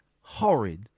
horrid